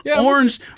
orange